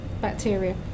bacteria